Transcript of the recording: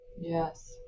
yes